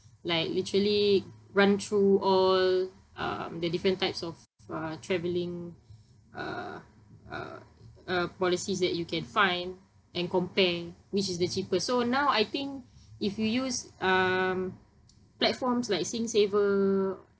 like literally run through all um the different types of uh travelling uh uh uh policies that you can find and compare which is the cheapest so now I think if you use um platforms like SingSaver